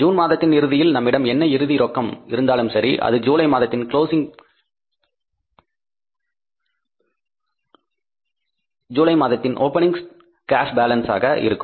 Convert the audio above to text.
June மாதத்தின் இறுதியில் நம்மிடம் என்ன இறுதி ரொக்கம் இருந்தாலும் சரி அது ஜூலை மாதத்தின் ஓப்பனிங் கேஷ் பாலன்ஸ் ஆக இருக்கும்